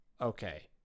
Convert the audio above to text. okay